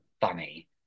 funny